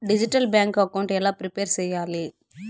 Digital bank account ఎలా prepare సెయ్యాలి?